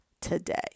today